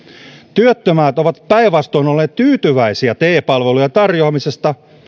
työttömät ovat päinvastoin olleet tyytyväisiä te palvelujen tarjoamisesta